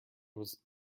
was